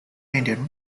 indian